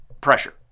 pressure